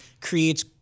creates